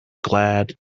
glad